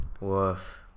Woof